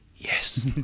Yes